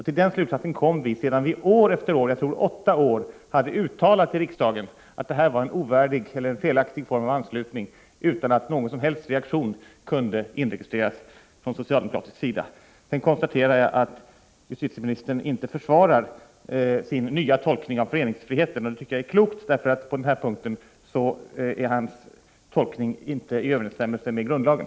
Till den slutsatsen kom vi sedan riksdagen år efter år — jag tror det var i åtta år — hade uttalat att det här var en felaktig form av anslutning, utan att någon som helst reaktion kunde inregistreras från socialdemokratisk sida. Vidare konstaterar jag att justitieministern inte försvarar sin nya tolkning av föreningsfriheten, och det tycker jag är klokt — på den här punkten är hans tolkning inte i överensstämmelse med grundlagen.